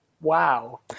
Wow